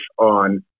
on